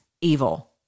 evil